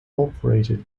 operated